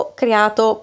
creato